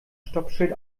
stoppschild